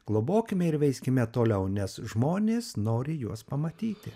globokime ir veiskime toliau nes žmonės nori juos pamatyti